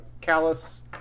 callus